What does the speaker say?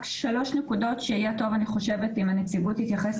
רק שלוש נקודות שיהיה טוב אני חושבת אם הנציבות תתייחס